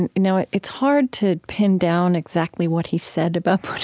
and now it's hard to pin down exactly what he said about but